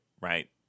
right